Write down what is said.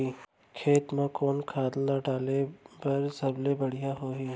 खेत म कोन खाद ला डाले बर सबले बढ़िया होही?